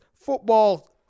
football